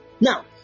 Now